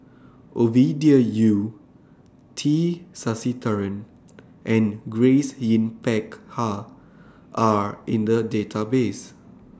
Ovidia Yu T Sasitharan and Grace Yin Peck Ha Are in The Database